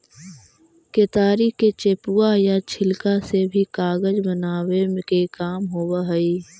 केतारी के चेपुआ या छिलका से भी कागज बनावे के काम होवऽ हई